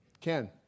Ken